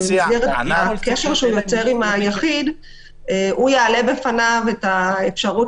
ובמסגרת הקשר שהוא יוצר עם היחיד הוא יעלה בפניו את האפשרות